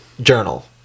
journal